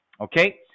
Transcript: okay